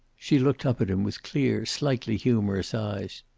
she looked up at him with clear, slightly humorous eyes.